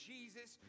Jesus